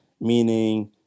Meaning